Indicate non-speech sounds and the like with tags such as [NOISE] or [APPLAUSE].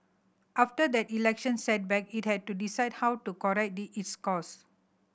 after that election setback it had to decide how to correct [UNINTELLIGIBLE] its course